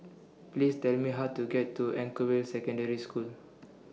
Please Tell Me How to get to Anchorvale Secondary School